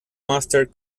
masters